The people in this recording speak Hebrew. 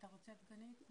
אתה רוצה את דגנית?